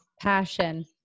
Passion